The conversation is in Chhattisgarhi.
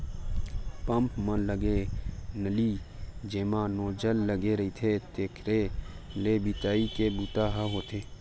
पंप म लगे नली जेमा नोजल लगे रहिथे तेखरे ले छितई के बूता ह होथे